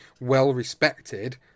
well-respected